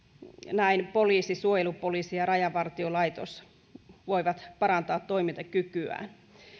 näin poliisi suojelupoliisi ja rajavartiolaitos voivat parantaa toimintakykyään